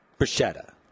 bruschetta